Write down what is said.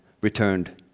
returned